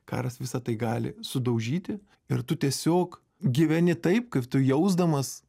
karas visa tai gali sudaužyti ir tu tiesiog gyveni taip kaip tu jausdamas